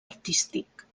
artístic